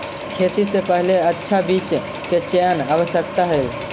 खेती से पहिले अच्छा बीचा के चयन आवश्यक हइ